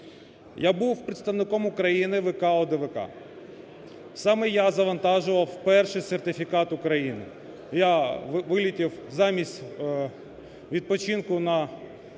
Я був представником України в …… Саме я завантажував перший сертифікат України, я вилетів, замість відпочинку, на